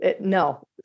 no